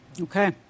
Okay